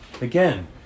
again